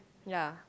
ya